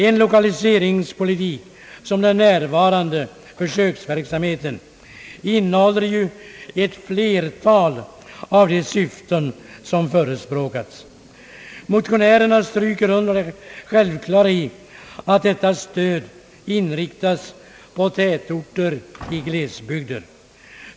En lokaliseringspolitik som den nuvarande försöksverksamheten = tillgodoser ju ett flertal av de syften som förespråkas i reservationen. Motionärerna stryker under det självklara i att stödet inriktas på tätorter i glesbygder.